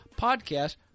podcast